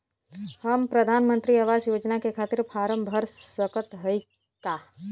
हम प्रधान मंत्री आवास योजना के खातिर फारम भर सकत हयी का?